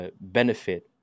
benefit